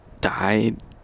died